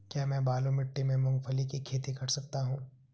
क्या मैं बालू मिट्टी में मूंगफली की खेती कर सकता हूँ?